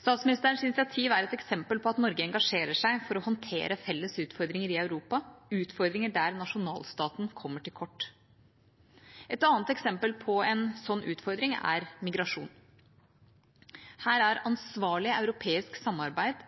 Statsministerens initiativ er et eksempel på at Norge engasjerer seg for å håndtere felles utfordringer i Europa – utfordringer der nasjonalstaten kommer til kort. Et annet eksempel på en slik utfordring er migrasjon. Her er ansvarlig europeisk samarbeid